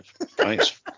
thanks